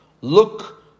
Look